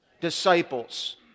Disciples